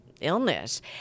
illness